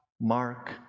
Mark